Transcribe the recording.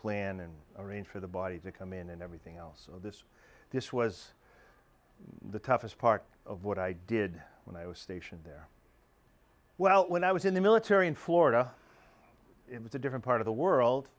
plan and arrange for the bodies or come in and everything else this this was the toughest part of what i did when i was stationed there well when i was in the military in florida it was a different part of the world